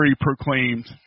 proclaimed